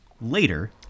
later